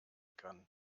kann